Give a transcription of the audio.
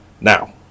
Now